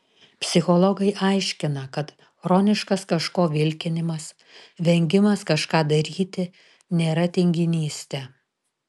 psichologai aiškina kad chroniškas kažko vilkinimas vengimas kažką daryti nėra tinginystė